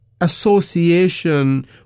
association